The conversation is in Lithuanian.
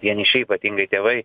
vieniši ypatingai tėvai